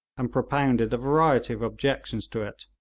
and propounded a variety of objections to it,